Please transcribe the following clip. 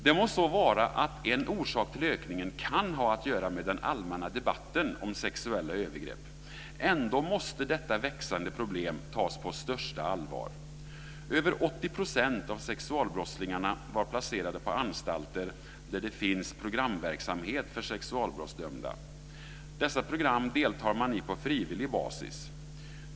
Det må så vara att en orsak till ökningen kan ha att göra med den allmänna debatten om sexuella övergrepp. Ändå måste detta växande problem tas på största allvar. Över 80 % av sexualbrottslingarna var placerade på anstalter där det finns programverksamhet för sexualbrottsdömda. Dessa program deltar man i på frivillig basis.